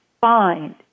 find